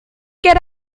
get